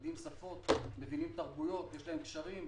הם יודעים שפות, מבינים תרבויות, יש להם קשרים,